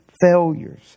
failures